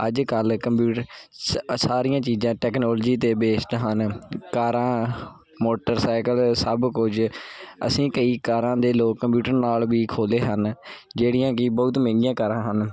ਅੱਜ ਕੱਲ੍ਹ ਕੰਪਿਊਟਰ ਸ ਸਾਰੀਆਂ ਚੀਜ਼ਾਂ ਟੈਕਨੋਲਜੀ 'ਤੇ ਬੇਸਡ ਹਨ ਕਾਰਾਂ ਮੋਟਰਸਾਈਕਲ ਸਭ ਕੁਝ ਅਸੀਂ ਕਈ ਕਾਰਾਂ ਦੇ ਲੋਕ ਕੰਪਿਊਟਰ ਨਾਲ ਵੀ ਖੋਲ੍ਹੇ ਹਨ ਜਿਹੜੀਆਂ ਕਿ ਬਹੁਤ ਮਹਿੰਗੀਆਂ ਕਾਰਾਂ ਹਨ